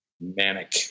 manic